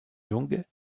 young